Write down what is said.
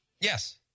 Yes